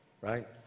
Right